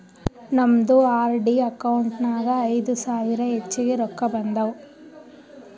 ನಮ್ದು RD account ನಾಗ್ ಐಯ್ದ ಸಾವಿರ ಹೆಚ್ಚಿಗೆ ರೊಕ್ಕಾ ಬಂದಾವ್